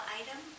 item